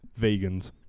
Vegans